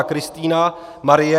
Kristýna Marie